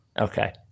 okay